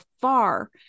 far